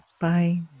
Bye